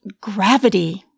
gravity